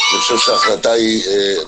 אני חושב שההחלטה היא נכונה,